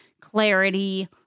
clarity